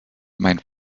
mein